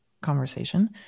conversation